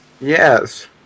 Yes